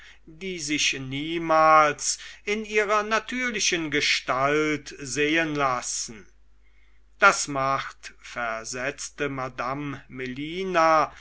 die sich niemals in ihrer natürlichen gestalt sehen lassen das macht versetzte madame melina